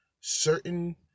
certain